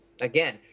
again